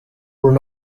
were